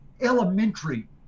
elementary